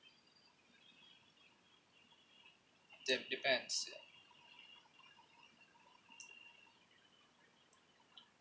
that depends